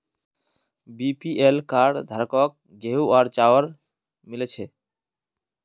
BPL card धारकों गेहूं और चावल मिल छे